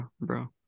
Bro